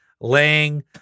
laying